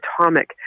atomic